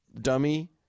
dummy